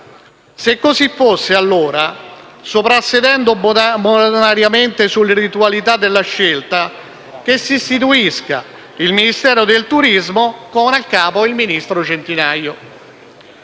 Se così fosse, allora, soprassedendo bonariamente sulle ritualità della scelta, che si istituisca il Ministero del turismo, con a capo il ministro Centinaio.